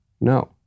No